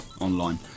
online